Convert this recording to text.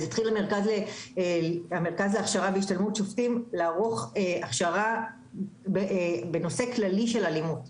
התחיל המרכז להכשרה והשתלמות שופטים לערוך הכשרה בנושא כללי של אלימות.